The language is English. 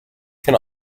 can